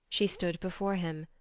she stood before him,